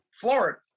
florida